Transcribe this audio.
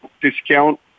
discount